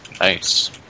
Nice